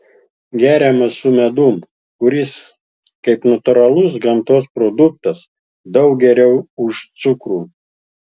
geriamas su medum kuris kaip natūralus gamtos produktas daug geriau už cukrų